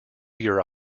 your